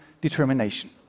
determination